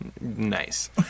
nice